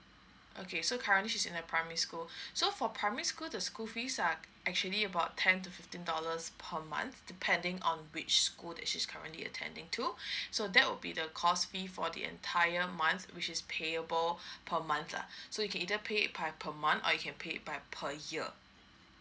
okay so currently she's in a primary school so for primary school the school fees are actually about ten to fifteen dollars per month depending on which school that she's currently attending to so that would be the cost fee for the entire month which is payable per month lah so you can either pay it by per month or you can pay by per year